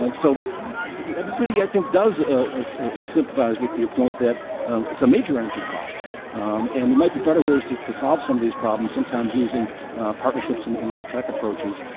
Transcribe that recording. ah so everybody i think does ah ah sympathize with your point that it's a major energy cost and there might be better ways to solve some of these problems sometimes using partnerships and and low tech approaches,